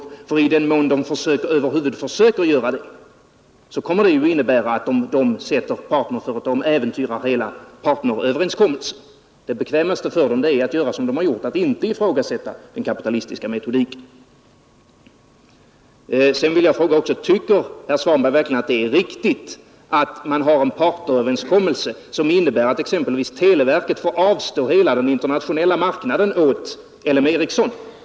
Då äventyras hela partneröverenskommelsen. Det bekvämaste är att göra som man gjort hittills, att inte ifrågasätta den kapitalistiska metodiken. Jag vill också fråga om herr Svanberg tycker det är riktigt att man har en partneröverenskommelse som innebär att exempelvis televerket får avstå hela den internationella marknaden åt L M Ericsson.